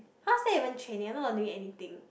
how's that even training you're not doing anything